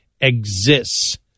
exists